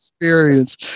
experience